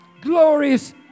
Glorious